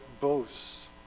boasts